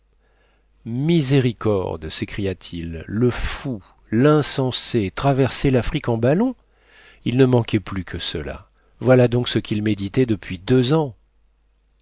miséricorde s'écria-t-il le fou l'insensé traverser l'afrique en ballon il ne manquait plus que cela voilà donc ce qu'il méditait depuis deux ans